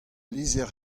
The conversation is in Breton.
lizher